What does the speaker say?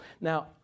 Now